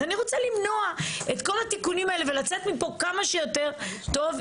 אז אני רוצה למנוע את כל התיקונים האלה ולצאת מפה כמה שיותר טוב,